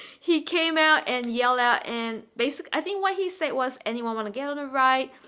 he came out and yelled out and basically i think what he said was anyone want to get on a ride?